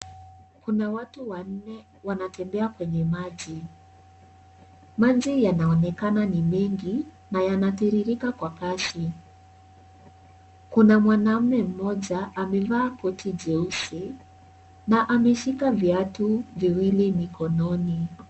Kuna watu wanne wanatembea kwenye maji. Maji yanaonekana ni mingi na yanatiririka kwa kasi kunamwanamme mmoja amevaa koti jeusi na ameshika viatu viwili mikononi.